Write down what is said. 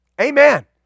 Amen